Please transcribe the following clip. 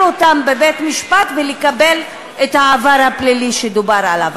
אותם בבית-משפט ולקבל את העבר הפלילי שדובר עליו.